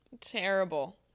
Terrible